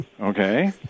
Okay